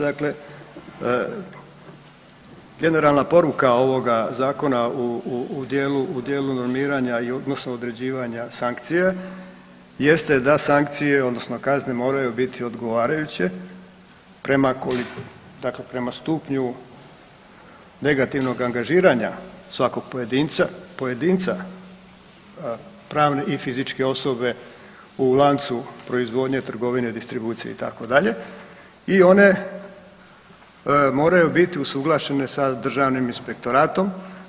Dakle, generalna poruka ovoga zakona u dijelu normiranja odnosno određivanja sankcije jeste da sankcije odnosno kazne moraju biti odgovarajuće prema stupnju negativnog angažiranja svakog pojedinca, pravne i fizičke osobe u lancu proizvodnje, trgovine, distribucije itd. i one moraju biti usuglašene sa državnim inspektoratom.